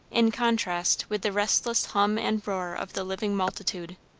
in contrast with the restless hum and roar of the living multitude.